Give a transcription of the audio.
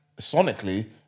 sonically